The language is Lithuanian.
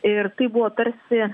ir tai buvo tarsi